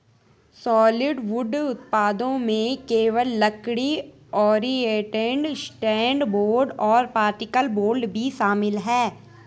solid wood उत्पादों में केवल लकड़ी, ओरिएंटेड स्ट्रैंड बोर्ड और पार्टिकल बोर्ड भी शामिल है